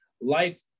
life